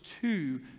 two